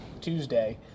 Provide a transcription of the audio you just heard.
Tuesday